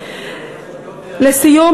לסיום,